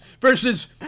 versus